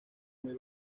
muy